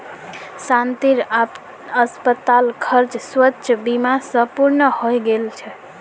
शांतिर अस्पताल खर्च स्वास्थ बीमा स पूर्ण हइ गेल छ